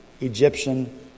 Egyptian